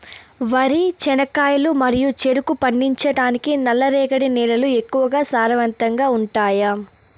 వరి, చెనక్కాయలు మరియు చెరుకు పండించటానికి నల్లరేగడి నేలలు ఎక్కువగా సారవంతంగా ఉంటాయా?